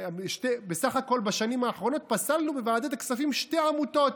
בסך הכול בשנים האחרונות פסלנו בוועדת הכספים שתי עמותות,